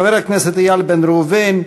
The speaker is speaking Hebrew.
חבר הכנסת איל בן ראובן,